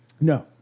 No